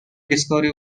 discovery